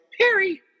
Perry